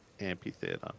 amphitheater